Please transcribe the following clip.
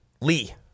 Lee